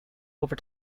over